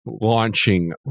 launching